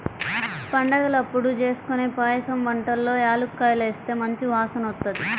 పండగలప్పుడు జేస్కొనే పాయసం వంటల్లో యాలుక్కాయాలేస్తే మంచి వాసనొత్తది